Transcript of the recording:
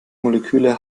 moleküle